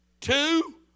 two